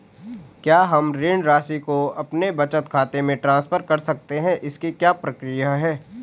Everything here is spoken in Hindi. क्या हम ऋण राशि को अपने बचत खाते में ट्रांसफर कर सकते हैं इसकी क्या प्रक्रिया है?